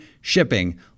shipping